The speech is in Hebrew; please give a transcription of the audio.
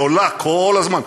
היא עולה כל הזמן,